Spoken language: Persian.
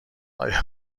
آیا